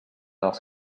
els